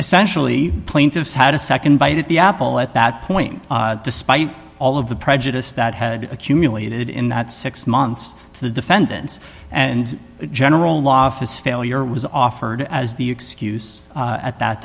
essentially plaintiffs had a nd bite at the apple at that point despite all of the prejudice that had accumulated in that six months to the defendants and general office failure was offered as the excuse at that